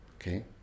Okay